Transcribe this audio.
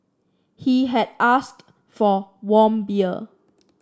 he had asked for warm beer